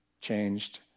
changed